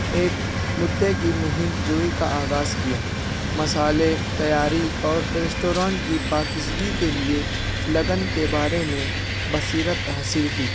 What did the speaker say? ایک مدعے کی مہم جوئی کا آغاز کیا مسالے تیاری اور ریسٹورانٹ کی پاکیزگی کے لیے لگن کے بارے میں بصیرت حاصل کی